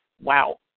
wow